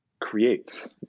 creates